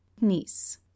Niece